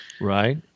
Right